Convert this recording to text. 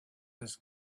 his